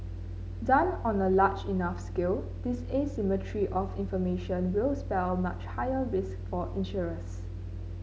done on a large enough scale this asymmetry of information will spell much higher risk for insurers